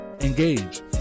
engage